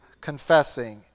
confessing